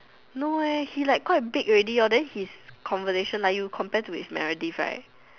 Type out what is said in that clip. no eh he like quite big already hor then his conversation like you compare to his Meredith right